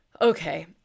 Okay